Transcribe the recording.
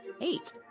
eight